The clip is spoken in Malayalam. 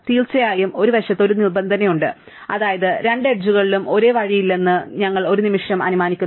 തീർച്ചയായും ഒരു വശത്ത് ഒരു നിബന്ധനയുണ്ട് അതായത് രണ്ട് എഡ്ജുകളിലും ഒരേ വഴിയില്ലെന്ന് ഞങ്ങൾ ഒരു നിമിഷം അനുമാനിക്കുന്നു